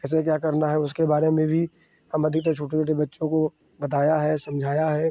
कैसे क्या करना है उसके बारे में भी हम अधिकतर छोटे छोटे बच्चों को बताया है समझाया है